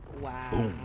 wow